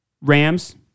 Rams